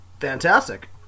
Fantastic